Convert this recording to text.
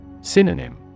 Synonym